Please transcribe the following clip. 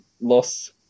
loss